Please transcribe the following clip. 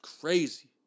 crazy